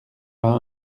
vingt